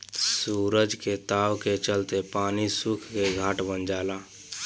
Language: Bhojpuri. सूरज के ताव के चलते पानी सुख के घाटा बन जाला